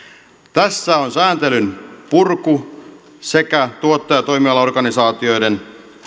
tässä ovat sääntelyn purku sekä tuottaja ja toimialaorganisaatioiden